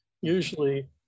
Usually